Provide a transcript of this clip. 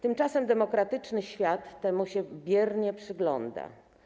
Tymczasem demokratyczny świat temu się biernie przygląda.